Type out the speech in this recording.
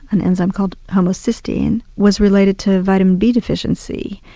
an enzyme called homocysteine, was related to vitamin b deficiency,